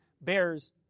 bears